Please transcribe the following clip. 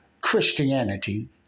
Christianity